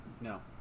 No